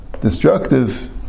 destructive